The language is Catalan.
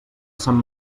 sant